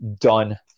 done